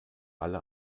alle